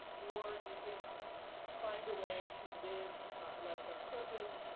or you can find a way to live life on purpose,